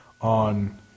on